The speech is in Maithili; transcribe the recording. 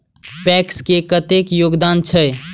पैक्स के कतेक योगदान छै?